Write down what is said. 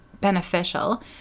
beneficial